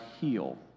heal